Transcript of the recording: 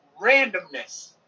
randomness